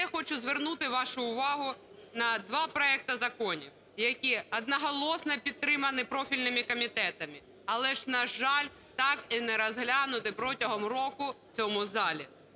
хочу звернути вашу увагу на два проекти законів, які одноголосно підтримані профільними комітетами, але ж, на жаль, так і не розглянуті протягом року в цьому залі.